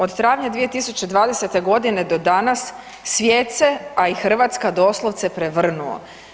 Od travnja 2020. godine do danas svijet se a i Hrvatska doslovce prevrnuo.